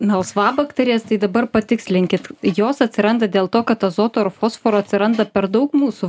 melsvabakterės tai dabar patikslinkit jos atsiranda dėl to kad azoto ir fosforo atsiranda per daug mūsų